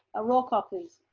a roll call please.